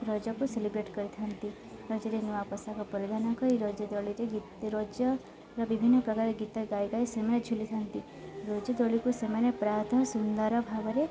ରଜକୁ ସେଲିବ୍ରେଟ କରିଥାନ୍ତି ରଜରେ ନୂଆ ପୋଷାକ ପରିଧାନ କରି ରଜ ଦୋଳିରେ ଗୀତ ରଜର ବିଭିନ୍ନ ପ୍ରକାର ଗୀତ ଗାଇ ଗାଇ ସେମାନେ ଝୁଲିଥାନ୍ତି ରଜ ଦୋଳିକୁ ସେମାନେ ପ୍ରାୟତଃ ସୁନ୍ଦର ଭାବରେ